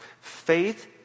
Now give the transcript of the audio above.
Faith